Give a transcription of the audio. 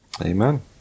Amen